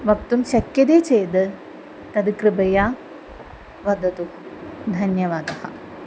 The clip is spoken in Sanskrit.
वक्तुं शक्यते चेत् तत् कृपया वदतु धन्यवादः